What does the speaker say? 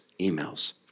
emails